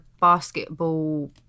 basketball